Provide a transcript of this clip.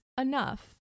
enough